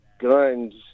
guns